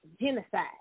Genocide